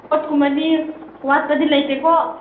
ꯄꯣꯠꯀꯨꯝꯕꯗꯤ ꯋꯥꯠꯄꯗꯤ ꯂꯩꯇꯦꯀꯣ